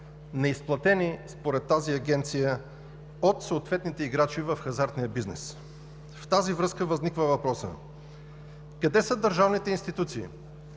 неизплатени според тази агенция от съответните играчи в хазартния бизнес. В тази връзка възниква въпросът: къде са държавните институции?